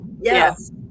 Yes